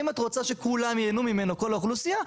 האם את רוצה שייהנו ממנו כל האוכלוסייה?